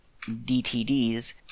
DTDs